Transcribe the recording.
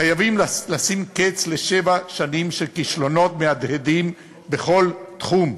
חייבים לשים קץ לשבע שנים של כישלונות מהדהדים בכל תחום.